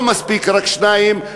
לא מספיק רק שניים,